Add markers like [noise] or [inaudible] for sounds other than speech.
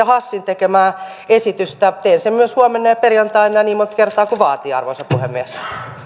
[unintelligible] hassin tekemää esitystä teen sen myös huomenna ja perjantaina ja niin monta kertaa kuin vaatii arvoisa puhemies